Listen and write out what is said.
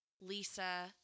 Lisa